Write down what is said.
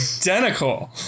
identical